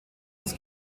das